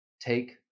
take